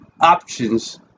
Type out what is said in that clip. options